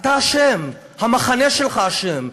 אתה אשם, המחנה שלך אשם.